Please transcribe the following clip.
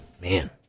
Man